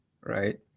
right